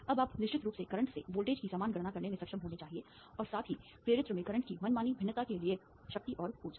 अब आप निश्चित रूप से करंट से वोल्टेज की समान गणना करने में सक्षम होना चाहिए और साथ ही प्रेरित्र में करंट की मनमानी भिन्नता के लिए शक्ति और ऊर्जा